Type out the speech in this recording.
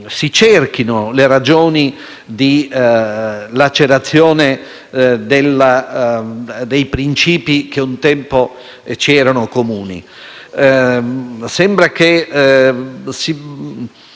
si cerchino le ragioni di lacerazione dei principi che un tempo ci erano comuni e sembra che si